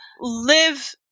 live